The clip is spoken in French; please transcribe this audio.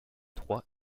trois